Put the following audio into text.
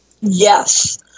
Yes